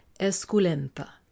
Esculenta